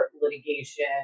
litigation